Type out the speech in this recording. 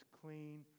clean